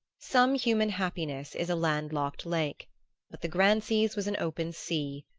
some human happiness is a landlocked lake but the grancys' was an open sea,